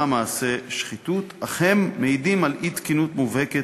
"מעשה שחיתות" אך הם מעידים על אי-תקינות מובהקת,